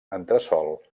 entresòl